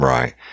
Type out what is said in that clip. Right